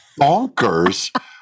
bonkers